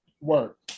Work